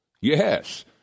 yes